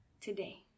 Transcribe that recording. today